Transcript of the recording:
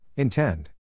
Intend